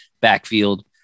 backfield